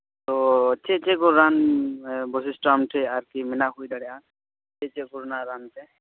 ᱛᱚ ᱪᱮᱫ ᱪᱮᱫ ᱠᱚ ᱨᱟᱱ ᱵᱳᱭᱥᱤᱥᱴᱚ ᱟᱢ ᱴᱷᱮᱡ ᱨᱟᱠᱤ ᱢᱮᱱᱟᱜ ᱦᱩᱭ ᱫᱟᱲᱮᱭᱟᱜᱼᱟ ᱪᱮᱫ ᱪᱮᱫ ᱠᱚᱨᱮᱱᱟᱜ ᱨᱟᱱ ᱛᱮ